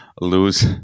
lose